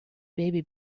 baby